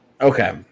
Okay